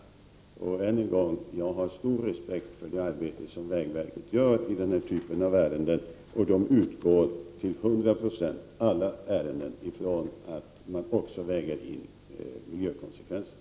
Ännu en gång vill jag säga att jag har stor respekt för det arbete som vägverket gör i den här typen av ärenden. Till hundra procent utgår man i alla ärenden från att miljökonsekvenserna också vägs in.